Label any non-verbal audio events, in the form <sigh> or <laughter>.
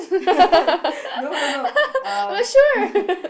<laughs> no no no <noise> uh <laughs>